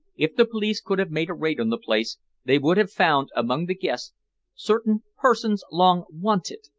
if the police could have made a raid on the place they would have found among the guests certain persons long wanted.